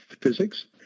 physics